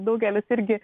daugelis irgi